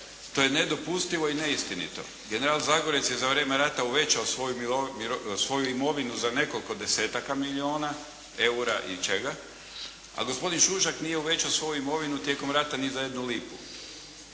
To je nedopustivo i neistinito. General Zagorac je za vrijeme rata uvećao svoju imovinu za nekoliko desetaka milijuna eura i čega, a gospodin Šušak nije uvećao svoju imovinu tijekom rata ni za jednu lipu.